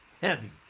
heavy